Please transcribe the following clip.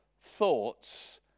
thoughts